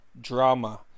drama